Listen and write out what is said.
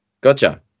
Gotcha